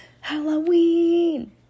Halloween